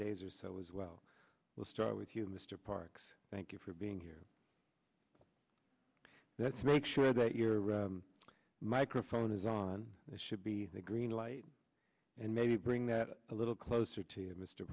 days or so is well let's start with you mr parks thank you for being here let's make sure that your microphone is on it should be a green light and maybe bring that a little closer to mr